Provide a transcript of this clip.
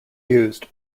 used